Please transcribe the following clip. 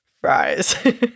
fries